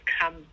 come